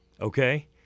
okay